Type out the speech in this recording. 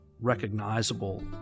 recognizable